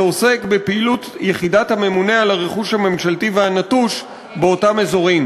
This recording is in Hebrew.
שעוסק בפעילות יחידת הממונה על הרכוש הממשלתי והנטוש באותם אזורים.